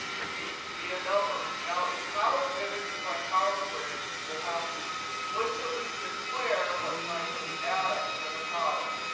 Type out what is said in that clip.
it needs to be a number. now, in powerpivot, just like powerquery, we'll have to explicitly declare what type of data is in a column.